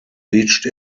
reached